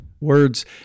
words